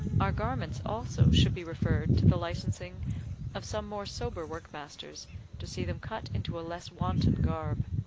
our garments also should be referred to the licensing of some more sober workmasters to see them cut into a less wanton garb.